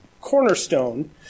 cornerstone